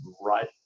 right